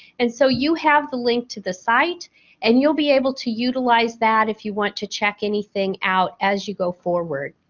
and, so you have the link to the site and you'll be able to utilize that if you want to check anything out as you go forward.